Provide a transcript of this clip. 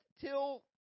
till